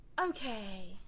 okay